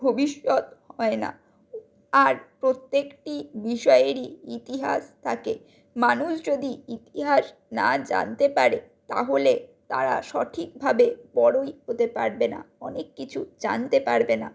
ভবিষ্যৎ হয় না আর প্রত্যেকটি বিষয়েরই ইতিহাস থাকে মানুষ যদি ইতিহাস না জানতে পারে তাহলে তারা সঠিকভাবে বড়োই হতে পারবে না অনেক কিছু জানতে পারবে না